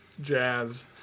jazz